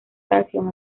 canción